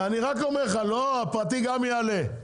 הפרטי גם יעלה.